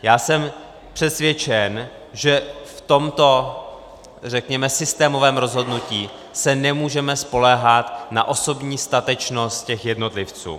Já jsem přesvědčen, že v tomto systémovém rozhodnutí se nemůžeme spoléhat na osobní statečnost jednotlivců.